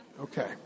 Okay